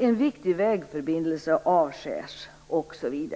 En viktig vägförbindelse avskärs osv.